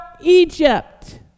Egypt